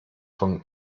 von